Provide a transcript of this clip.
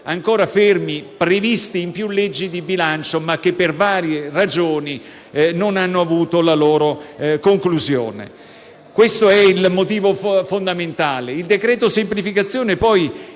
ancora fermi, previsti in più leggi di bilancio, ma che, per varie ragioni, non hanno avuto la loro conclusione. Questo è il motivo fondamentale. Il decreto-legge semplificazioni